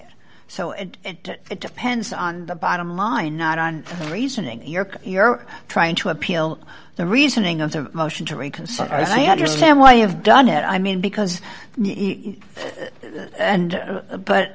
it so it depends on the bottom line not on the reasoning york you're trying to appeal the reasoning of the motion to reconsider as i understand why you've done it i mean because and but